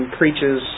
preaches